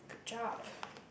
good job